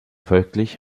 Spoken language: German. folglich